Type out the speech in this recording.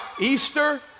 Easter